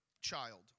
child